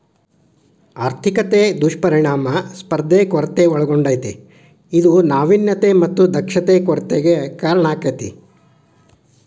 ಆರ್ಥಿಕತೆ ದುಷ್ಪರಿಣಾಮ ಸ್ಪರ್ಧೆಯ ಕೊರತೆ ಒಳಗೊಂಡತೇ ಇದು ನಾವಿನ್ಯತೆ ಮತ್ತ ದಕ್ಷತೆ ಕೊರತೆಗೆ ಕಾರಣಾಕ್ಕೆತಿ